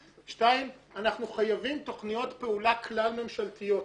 שתיים, אנחנו חייבים תוכניות פעולה כלל-ממשלתיות.